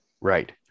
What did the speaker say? Right